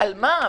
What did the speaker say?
על מה?